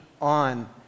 on